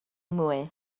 mwy